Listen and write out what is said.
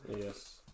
Yes